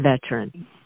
veteran